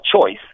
choice